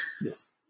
Yes